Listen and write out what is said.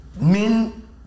Men